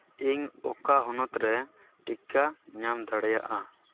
ᱤᱧ ᱚᱠᱟ ᱦᱚᱱᱚᱛ ᱨᱮ ᱴᱤᱠᱟ ᱧᱟᱢ ᱫᱟᱲᱮᱭᱟᱜᱼᱟ